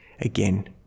again